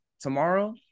tomorrow